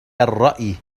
الرأي